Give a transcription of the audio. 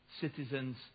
citizens